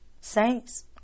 Saints